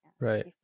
Right